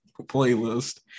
playlist